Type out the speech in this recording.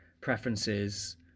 preferences